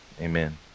Amen